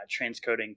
transcoding